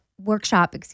workshop